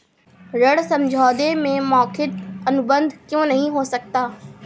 ऋण समझौते में मौखिक अनुबंध क्यों नहीं हो सकता?